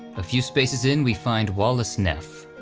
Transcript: a few spaces in we find wallace neff.